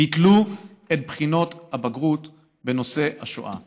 ביטלו את בחינות הבגרות בנושא השואה.